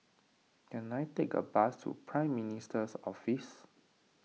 can I take a bus to Prime Minister's Office